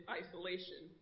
isolation